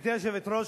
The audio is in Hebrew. גברתי היושבת-ראש,